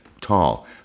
tall